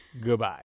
Goodbye